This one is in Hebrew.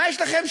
מה יש שם?